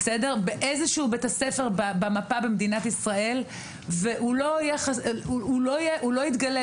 באיזשהו בית ספר במפה במדינת ישראל והוא לא יתגלה,